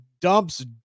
dumps